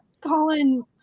Colin